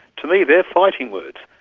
to me they are fighting words,